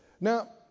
Now